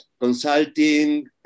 consulting